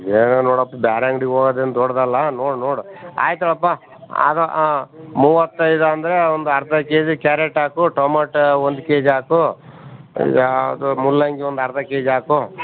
ಏನೋ ನೋಡಪ್ಪ ಬೇರೇ ಅಂಗ್ಡಿಗೆ ಹೋಗದೇನ್ ದೊಡ್ಡದಲ್ಲ ನೋಡು ನೋಡು ಆಯ್ತು ತಗೊಳಪ್ಪ ಅದು ಆಂ ಮೂವತ್ತೈದು ಅಂದರೆ ಒಂದು ಅರ್ಧ ಕೆ ಜಿ ಕ್ಯಾರೆಟ್ ಹಾಕು ಟೊಮೊಟೋ ಒಂದು ಕೆ ಜಿ ಹಾಕು ಇದ್ಯಾವುದು ಮೂಲಂಗಿ ಒಂದು ಅರ್ಧ ಕೆ ಜಿ ಹಾಕು